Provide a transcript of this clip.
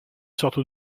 sortes